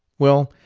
well,